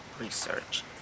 research